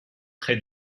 très